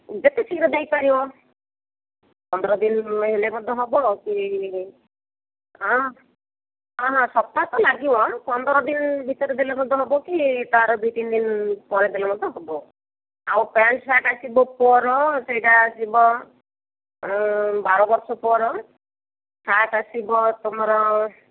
ଯେତେ ଶୀଘ୍ର ଦେଇ ପାରିବ ପନ୍ଦର ଦିନ ହେଲେ ମଧ୍ୟ ହେବ କି ହଁ ହଁ ହଁ ସପ୍ତାହଟେ ତ ଲାଗିବ ପନ୍ଦର ଦିନ ଭିତରେ ଦେଲେ ମଧ୍ୟ ହେବ କି ତା'ର ଦୁଇ ତିନିଦିନ ପରେ ଦେଲେ ମଧ୍ୟ ହେବ ଆଉ ପ୍ୟାଣ୍ଟ ସାର୍ଟ ଅଛି ମୋ ପୁଅର ସେଇଠା ଯିବ ବାର ବର୍ଷ ପୁଅର ସାର୍ଟ ଆସିବ ତୁମର